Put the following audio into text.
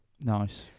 Nice